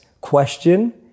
question